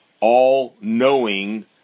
all-knowing